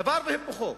דבר והיפוכו.